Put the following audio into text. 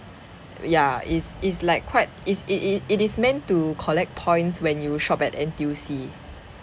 ya it's it's like quite is it it it is meant to collect points when you shop at N_T_U_C